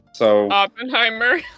Oppenheimer